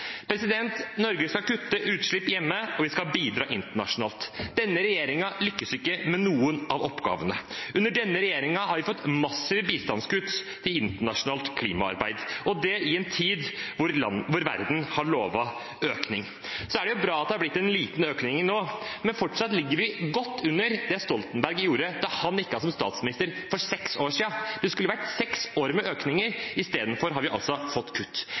skal kutte utslipp hjemme, og vi skal bidra internasjonalt. Denne regjeringen lykkes ikke med noen av oppgavene. Under denne regjeringen har vi fått massive bistandskutt til internasjonalt klimaarbeid, og det i en tid da verden har lovet økning. Det er jo bra at det har blitt en liten økning nå, men vi ligger fortsatt godt under det som var situasjonen da Jens Stoltenberg gikk av som statsminister for seks år siden. Det skulle vært seks år med økninger; i stedet har vi altså fått kutt.